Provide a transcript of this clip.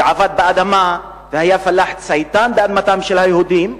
שעבד באדמה והיה פלאח צייתן באדמתם של היהודים,